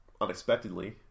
unexpectedly